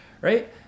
right